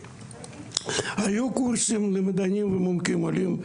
היו קורסים למדענים ומומחים עולים,